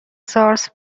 سارس